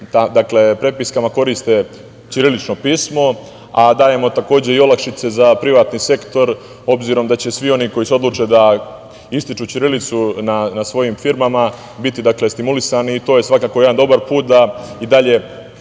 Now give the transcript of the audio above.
svojim prepiskama koriste ćirilično pismo, a dajemo takođe i olakšice za privatni sektor obzirom da je će svi oni koji se odluče da ističu ćirilicu na svojim firmama biti stimulisane, i to je svakako jedan dobar put da i dalje